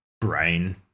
brain